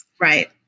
right